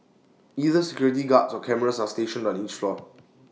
either security guards or cameras are stationed on each floor